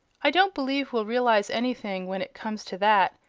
i don't believe we'll realize anything, when it comes to that,